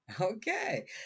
Okay